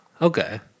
Okay